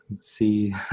see